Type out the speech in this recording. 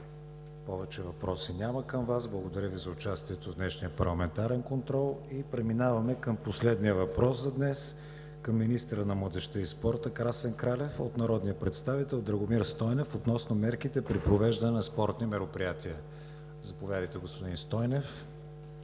повече въпроси към Вас. Благодаря Ви за участието в днешния парламентарен контрол. Преминаваме на последния въпрос за днес, който е към министъра на младежта и спорта Красен Кралев от народния представител Драгомир Стойнев, относно мерките при провеждане на спортни мероприятия. Господин Стойнев,